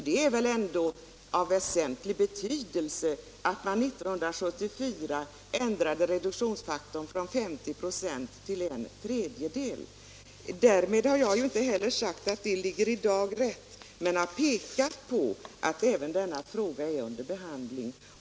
Det är väl ändå av väsentlig betydelse att reduktionsfaktorn 1974 ändrades från 50 96 till en tredjedel. Därmed har jag inte sagt att den i dag ligger rätt, men jag har pekat på att även denna fråga är under behandling.